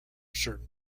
certain